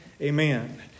Amen